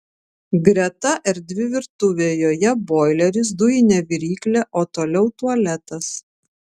greta erdvi virtuvė joje boileris dujinė viryklė o toliau tualetas